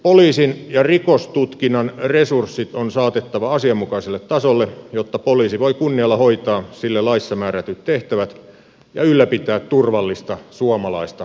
poliisin ja rikostutkinnan resurssit on saatettava asianmukaiselle tasolle jotta poliisi voi kunnialla hoitaa sille laissa määrätyt tehtävät ja ylläpitää turvallista suomalaista yhteiskuntaa